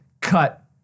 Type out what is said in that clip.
Cut